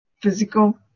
physical